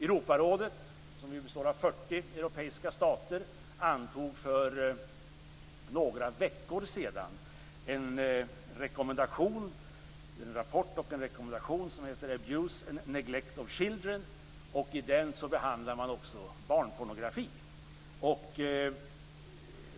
Europarådet, som ju består av 40 europeiska stater, antog för några veckor sedan en rapport och en rekommendation som heter Abuse and Neglect of Children. I den behandlas också frågan om barnpornografi.